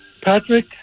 Patrick